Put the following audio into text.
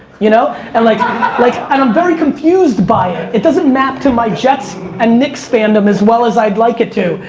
you know and like like i'm very confused by it, it doesn't map to my jets and knicks fandom as well as i'd like it to.